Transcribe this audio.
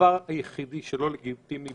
הדבר היחידי שלא לגיטימי